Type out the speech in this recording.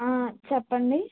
చెప్పండి